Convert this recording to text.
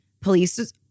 police